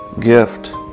gift